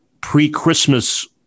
pre-Christmas